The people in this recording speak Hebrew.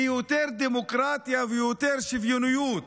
ליותר דמוקרטיה ויותר שוויוניות?